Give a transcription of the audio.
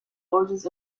origins